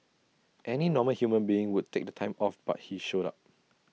any normal human being would take time off but he showed up